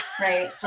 right